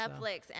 Netflix